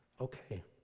okay